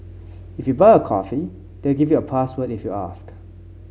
if you buy a coffee they'll give you a password if you ask